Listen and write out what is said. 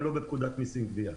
גם לא באמצעות פקודת המסים (גבייה).